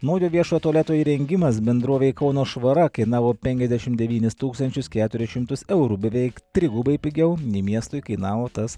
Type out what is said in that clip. naujo viešojo tualeto įrengimas bendrovei kauno švara kainavo penkiasdešimt devynis tūkstančius keturis šimtus eurų beveik trigubai pigiau nei miestui kainavo tas